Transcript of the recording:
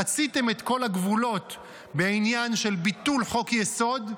חציתם את כל הגבולות בעניין של ביטול חוק-יסוד,